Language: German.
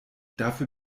dafür